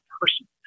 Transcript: person